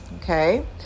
Okay